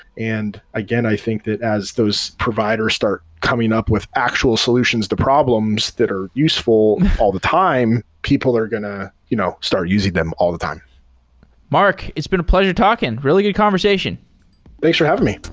and again, i think that as those providers start coming up with actual solutions to problems that are useful all the time, people are going to you know start using them all the time mark, it's been a pleasure talking. really good conversation thanks for having me